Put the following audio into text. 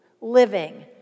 living